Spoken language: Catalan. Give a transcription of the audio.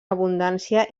abundància